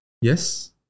Yes